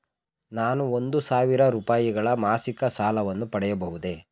ನಾನು ಒಂದು ಸಾವಿರ ರೂಪಾಯಿಗಳ ಮಾಸಿಕ ಸಾಲವನ್ನು ಪಡೆಯಬಹುದೇ?